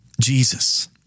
Jesus